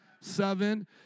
Seven